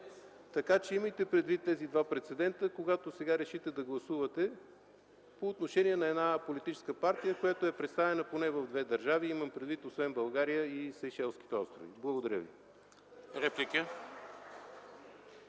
събрание. Имайте предвид тези два прецедента, когато сега решите да гласувате по отношение на една политическа партия, която е представена поне в две държави – имам предвид освен в България и Сейшелските острови. Благодаря ви.